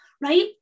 right